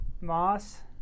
Moss